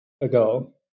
ago